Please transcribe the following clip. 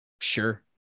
Sure